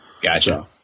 Gotcha